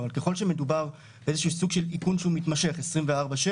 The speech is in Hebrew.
אבל ככל שמדובר בסוג של איכון מתמשך 7/24,